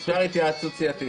אפשר התייעצות סיעתית?